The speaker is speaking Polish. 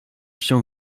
się